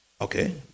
Okay